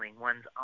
one's